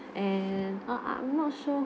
and uh uh I'm not sure